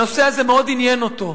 הנושא הזה מאוד עניין אותו,